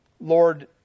Lord